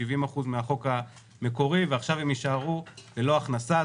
70 אחוזים מהחוק המקורי ועכשיו הם יישארו ללא הכנסה.